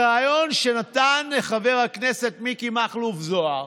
בריאיון שנתן חבר הכנסת מיקי מכלוף זוהר